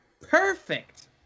Perfect